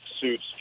suits